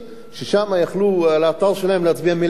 ששם על האתר שלהם יכלו להצביע מיליארד איש,